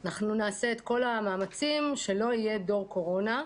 אנחנו נעשה את כל המאמצים שלא יהיה דור קורונה,